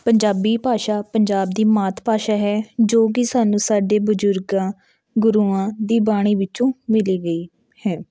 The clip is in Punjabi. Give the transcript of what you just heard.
ਪੰਜਾਬੀ ਭਾਸ਼ਾ ਪੰਜਾਬ ਦੀ ਮਾਤ ਭਾਸ਼ਾ ਹੈ ਜੋ ਕਿ ਸਾਨੂੰ ਸਾਡੇ ਬਜ਼ੁਰਗਾਂ ਗੁਰੂਆਂ ਦੀ ਬਾਣੀ ਵਿੱਚੋਂ ਮਿਲੀ ਗਈ ਹੈ